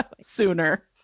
Sooner